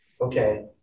Okay